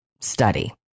study